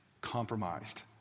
compromised